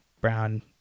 brown